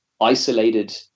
isolated